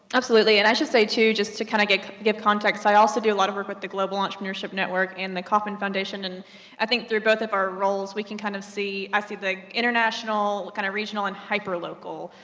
absolutely, and i should say too just to kind of get, give context, also do a lot of work with the global entrepreneurship network and the kauffman foundation, and i think they're both of our roles, we can kind of see, i see the international, kind of regional and hyper local,